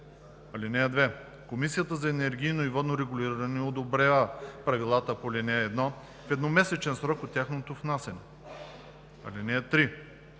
(2) Комисията за енергийно и водно регулиране одобрява правилата по ал. 1 в едномесечен срок от тяхното внасяне. (3)